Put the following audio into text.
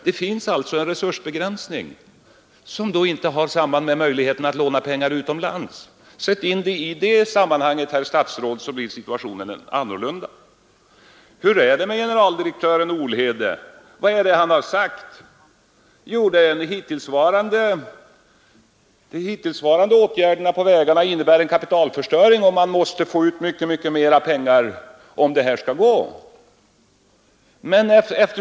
Det finns alltså en resursbegränsning som då inte har samband med möjligheterna att låna pengar utomlands. Sätt in saken i det sammanhanget, herr statsråd, så blir situationen annorlunda. Vad har generaldirektör Olhede sagt? Jo, att de hittillsvarande åtgärderna när det gäller vägarna innebär en kapitalförstöring, och man måste få mycket mera pengar om man skall klara vägunderhållet.